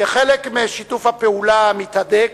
כחלק משיתוף הפעולה המתהדק,